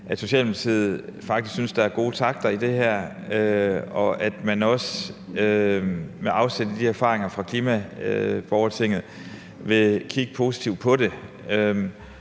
at Socialdemokratiet faktisk synes, at der er gode takter i det her, og at man også med afsæt i de erfaringer fra klimaborgertinget vil kigge positivt på det.